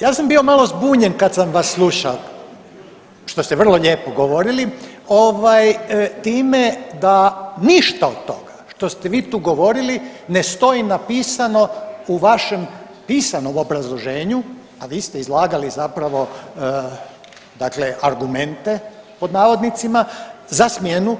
Ja sam bio malo zbunjen kad sam vas slušao što ste vrlo lijepo govorili time da ništa od toga što ste vi tu govorili ne stoji napisano u vašem pisanom obrazloženju, a vi ste izlagali zapravo dakle argumente pod navodnicima za smjenu